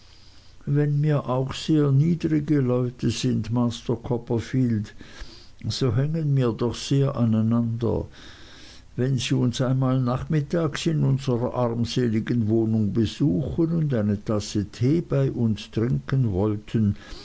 wenn mir auch sehr niedrige leute sind master copperfield so hängen mir doch sehr aneinander wenn sie uns einmal nachmittags in unserer armseligen wohnung besuchen und eine tasse tee bei uns trinken wollten